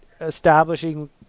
establishing